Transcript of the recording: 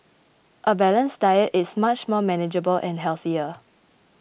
a balanced diet is much more manageable and healthier